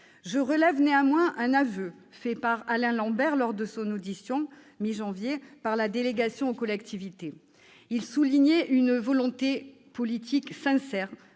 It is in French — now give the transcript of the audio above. Je relève néanmoins un aveu, fait par Alain Lambert lors de son audition, à la mi-janvier, par la délégation aux collectivités territoriales. Il soulignait une « volonté politique sincère